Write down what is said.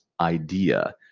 idea